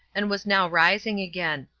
and was now rising again.